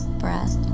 breath